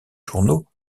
journaux